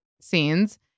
scenes